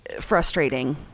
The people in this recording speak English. frustrating